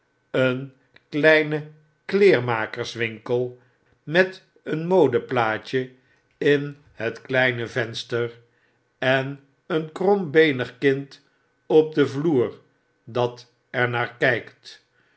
een kleine kleermakerswinkel met een modeplaatje in het kleine venster en een krombeenig kind op den vloer dat er naar kykt